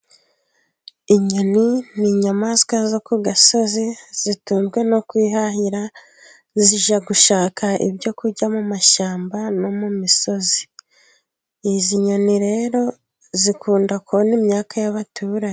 Inyoni ni inyamaswa zo ku gasozi zitunzwe no kwihahira, zijya gushaka ibyo kurya mu mashyamba no mu misozi. Izi nyoni rero zikunda kona imyaka y'abaturage.